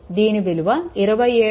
దీని విలువ 27